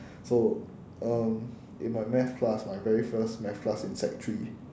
so um in my math class my very first math class in sec three